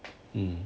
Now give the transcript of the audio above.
um